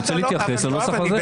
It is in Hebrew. רוצה להתייחס לנוסח הזה.